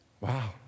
Wow